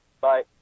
Bye